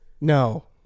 No